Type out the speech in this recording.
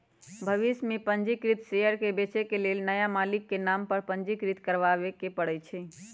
भविष में पंजीकृत शेयर के बेचे के लेल नया मालिक के नाम पर पंजीकृत करबाबेके परै छै